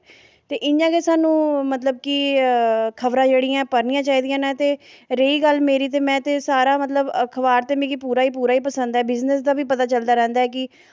ते इ'यां गै सानूं मतलब की खबरां जेह्ड़ियां पढ़ना चाहिदियां न ते रेही गल्ल मेरी ते में सारे मतलब अखबार ते मिगी पूरा ही पूरा पसंद ऐ बिज़नस दा बी पता चलदा रौंह्दा ऐ कि